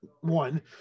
one